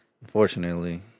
Unfortunately